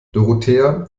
dorothea